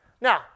Now